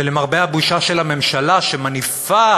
ולמרבה הבושה של הממשלה, שמניפה